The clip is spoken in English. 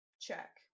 check